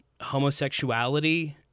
homosexuality